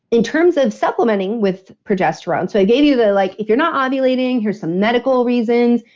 in terms of supplementing with progesterone, so i gave you the. like, if you're not ovulating here's some medical reasons,